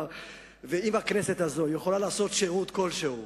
ואם הכנסת הזאת יכולה לעשות שירות כלשהו